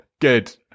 Good